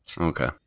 Okay